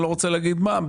אני לא רוצה להגיד מה,